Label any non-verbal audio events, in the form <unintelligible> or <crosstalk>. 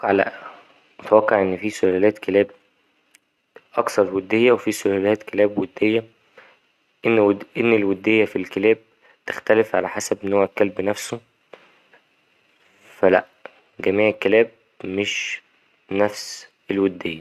أتوقع لا أتوقع إن فيه سلالات كلاب أكثر ودية وفيه سلالات كلاب ودية إن <unintelligible> الودية في الكلاب تختلف على حسب نوع الكلب نفسه فا لا جميع الكلاب مش نفس الودية.